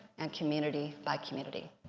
and community by community.